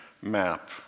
map